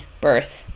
birth